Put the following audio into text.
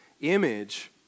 image